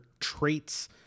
traits